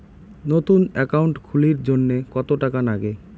নতুন একাউন্ট খুলির জন্যে কত টাকা নাগে?